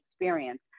experience